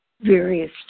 various